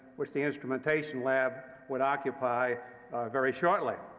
which the instrumentation lab would occupy very shortly.